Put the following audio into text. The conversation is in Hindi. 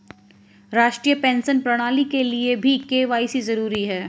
राष्ट्रीय पेंशन प्रणाली के लिए भी के.वाई.सी जरूरी है